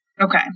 Okay